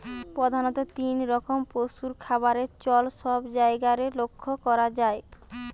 প্রধাণত তিন রকম পশুর খাবারের চল সব জায়গারে লক্ষ করা যায়